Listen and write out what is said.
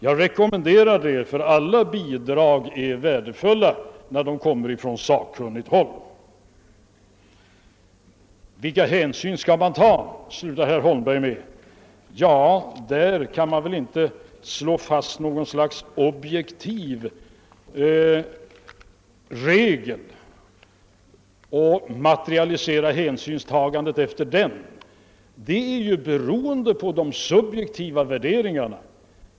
Jag rekommenderar det; alla bidrag är värdefulla när de kommer från sakkunnigt håll. Vilka hänsyn skall man ta, slutade herr Holmberg. Det går inte att slå fast någon objektiv regel på den punkten och sedan materialisera hänsynstagandena efter den. Vilka hänsyn man tar är ju beroende på de subjektiva värderingar man har.